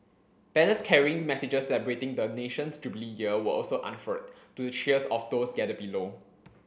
banners carrying messages celebrating the nation's Jubilee Year were also unfurled to the cheers of those gathered below